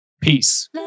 Peace